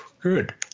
Good